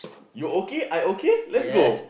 you okay I okay let's go